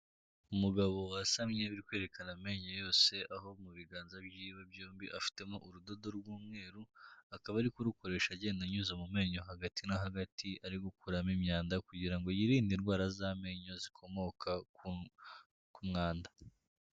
Umugabo wasamye uri kwerekana amenyo yose, aho mu biganza byiwe byombi afitemo urudodo rw'umweru, akaba ari kurukoresha agenda anyuza mu menyo hagati na hagati ari gukuramo imyanda, kugira ngo yirinde indwara z'amenyo zikomoka ku mwanda.